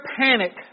panic